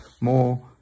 more